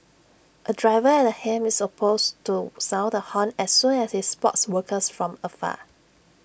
A driver at the helm is also supposed to sound the horn as soon as he spots workers from afar